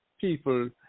people